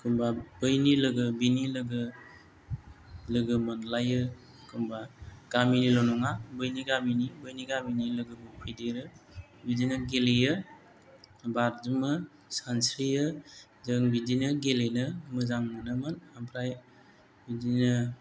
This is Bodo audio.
एखनबा बैनि लोगो बिनि लोगो लोगो मोनलायो एखनबा गामिनिल' नङा बैनि गामिनि बैनि गामिनि लोगोफोरबो फैदेरो बिदिनो गेलेयो बाज्रुमो सानस्रियो जों बिदिनो गेलेनो मोजां मोनोमोन ओमफ्राय बिदिनो